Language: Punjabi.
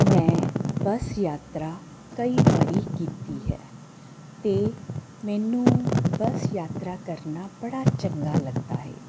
ਮੈਂ ਬਸ ਯਾਤਰਾ ਕਈ ਵਾਰੀ ਕੀਤੀ ਹੈ ਅਤੇ ਮੈਨੂੰ ਬਸ ਯਾਤਰਾ ਕਰਨਾ ਬੜਾ ਚੰਗਾ ਲੱਗਦਾ ਹੈ